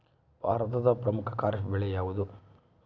ಭಾರತದ ಪ್ರಮುಖ ಖಾರೇಫ್ ಬೆಳೆ ಯಾವುದು?